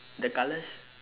the colours